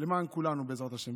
למען כולנו, בעזרת השם.